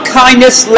kindness